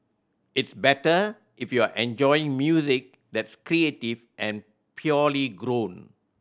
it's better if you're enjoying music that's creative and purely grown